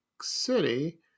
City